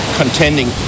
contending